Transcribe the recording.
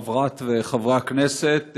חברת וחברי הכנסת,